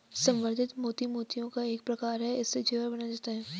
संवर्धित मोती मोतियों का ही एक प्रकार है इससे जेवर बनाए जाते हैं